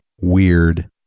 weird